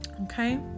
Okay